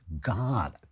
God